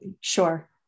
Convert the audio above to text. Sure